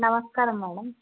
నమస్కారం మ్యాడమ్